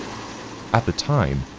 at the time,